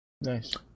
Nice